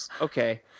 Okay